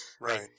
Right